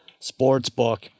Sportsbook